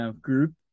group